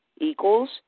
equals